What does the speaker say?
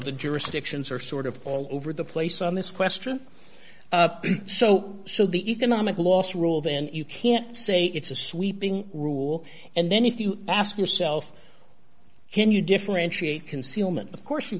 the jurisdictions are sort of all over the place on this question so should the economic loss rule then you can't say it's a sweeping rule and then if you ask yourself can you differentiate concealment of course you